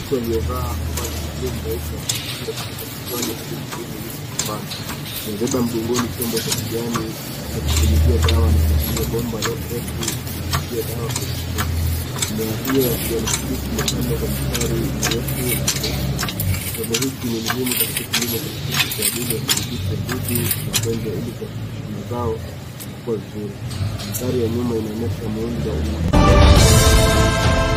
Watu waliovaa mavazi maalum meupe ya kujikinga kutoka kichwani hadi mguuni yuko shambani amebeba mgongoni chombo cha kijani cha kupulizia dawa na anatumia bomba refu kunyunyizia dawa kwenye mimea , mimea hiyo ya kijani kibichi imepandwa kwa mistari mirefu na nadhifu. Kitendo hiki ni muhimu katika kilimo cha kisasa kwa ajili ya kudhibiti wadudu na magonjwa ili kuhakikisha mazao yanakua vizuri, mandhari ya nyuma inaonyesha muundo unaofanana na kitalu.